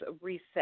reset